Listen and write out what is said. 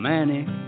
Manic